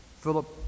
Philip